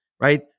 right